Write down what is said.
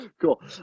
Cool